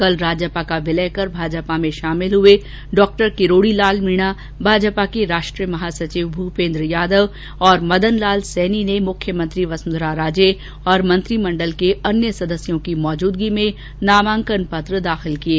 कल राजपा का विलय कर भाजपा में शामिल हुए डॉ किरोडी लाल मीणा भाजपा के राष्ट्रीय महासचिव भूपेन्द्र यादव और मदन लाल सैनी ने मुख्यमंत्री वसुंधरा राजे और मंत्रीमण्डल के अन्य सदस्यों की मौजूदगी में नामांकन पत्र दाखिल किये